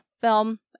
film